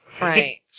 Right